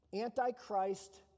antichrist